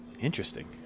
Interesting